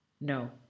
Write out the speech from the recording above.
No